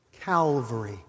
Calvary